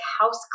house